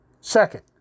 Second